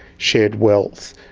shared wealth.